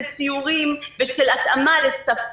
-- לחרדים.